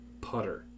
putter